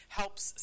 helps